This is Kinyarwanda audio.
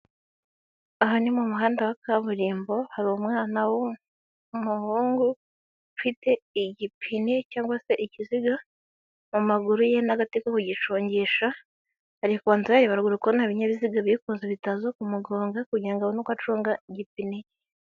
Aha ni mu muhanda wa kaburimbo, hari umwana wumuhungu, ufite igipine cg se ikiziga, mu maguru ye n'agati ko kugicugisha, ari kubanza yareba haruguru ko nta binyabiziga biri kuza bitaza ku mugonga kugira ngo ngo abone uko acunga igipine.